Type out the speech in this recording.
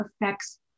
affects